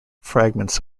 fragments